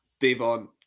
Devon